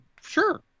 Sure